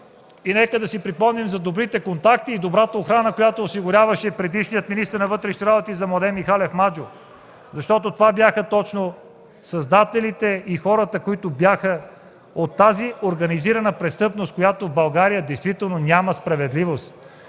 нека да си припомним за добрите контакти и добрата охрана, която осигуряваше предишният министър на вътрешните работи за Младен Михалев – Маджо, защото това бяха точно създателите и хората от тази организирана престъпност, заради която в България няма справедливост.